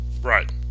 Right